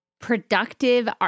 productive